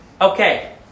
okay